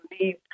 leave